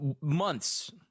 months